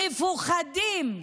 מפוחדים,